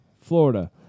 Florida